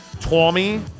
Tommy